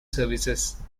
services